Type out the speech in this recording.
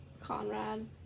Conrad